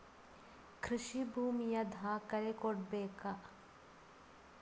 ಕೃಷಿ ಭೂಮಿಯ ದಾಖಲೆ ಕೊಡ್ಬೇಕಾ?